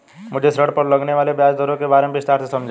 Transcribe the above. मुझे ऋण पर लगने वाली ब्याज दरों के बारे में विस्तार से समझाएं